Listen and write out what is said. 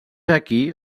aquí